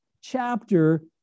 chapter